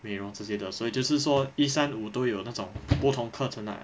美容这些的所以就是说一三五都会有那种不同课程 ah